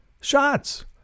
shots